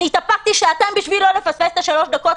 התאפקתי שעתיים בשביל לא לפספס את שלוש הדקות